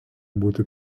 būti